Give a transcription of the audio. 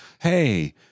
hey